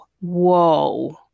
whoa